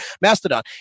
mastodon